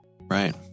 right